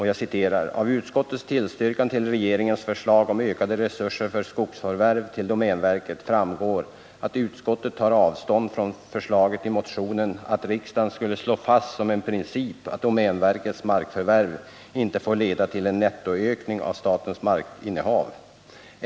”Av utskottets tillstyrkan till regeringens förslag om ökade resurser för skogsförvärv till domänverket framgår att utskottet tar avstånd från förslaget i motionen 1978/79:2617 att riksdagen skall slå fast som en princip att domänverkets markförvärv inte får leda till en nettoökning av statens markinnehav.